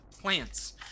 plants